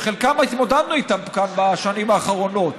שעם חלקם התמודדנו כאן בשנים האחרונות,